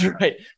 right